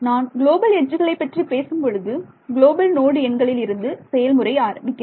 நான் குளோபல் எட்ஜுகளை பற்றி பேசும்பொழுது குளோபல் நோடு எண்களில் இருந்து செயல்முறை ஆரம்பிக்கிறது